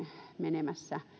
menemässä